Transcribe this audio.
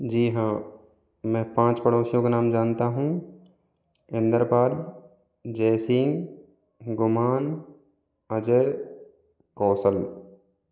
जी हाँ मैं पाँच पड़ोसियों के नाम जानता हूँ इंदरपाल जय सिंह गुमान अजय कौशल